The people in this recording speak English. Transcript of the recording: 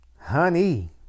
honey